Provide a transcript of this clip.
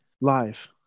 live